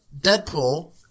Deadpool